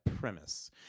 premise